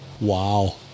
Wow